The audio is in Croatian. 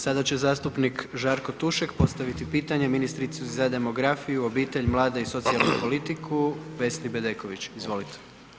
Sada će zastupnik Žarko Tušek postaviti pitanje ministrici za demografiju, obitelj, mlade i socijalnu politiku, Vesni Bedeković, izvolite.